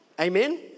Amen